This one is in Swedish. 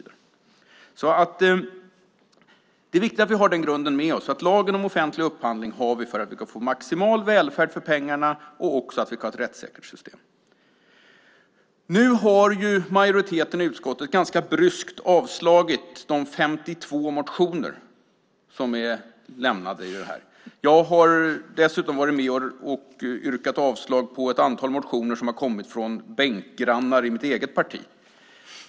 Det är viktigt att vi har den grunden med oss. Lagen om offentlig upphandling har vi för att vi ska få maximal välfärd för pengarna och för att vi ska ha ett rättssäkert system. Nu har majoriteten i utskottet ganska bryskt avslagit de 52 motioner som är lämnade. Jag har dessutom varit med och yrkat avslag på ett antal motioner som har kommit från bänkgrannar i mitt eget parti.